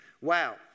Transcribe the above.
Wow